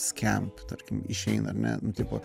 skamp tarkim išeina ar ne tipo